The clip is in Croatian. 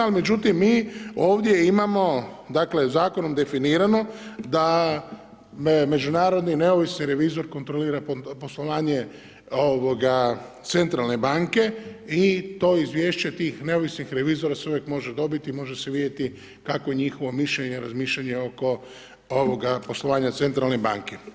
Ali, međutim, mi ovdje imamo, dakle, Zakonom definirano da međunarodni neovisni revizor kontrolira poslovanje, ovoga, Centralne banke i to izvješće tih neovisnih revizora se uvijek može dobiti i može se vidjeti kakvo je njihovo mišljenje, razmišljanje oko, ovoga, poslovanja Centralne banke.